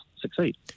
succeed